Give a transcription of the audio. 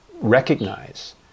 recognize